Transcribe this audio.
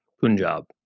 Punjab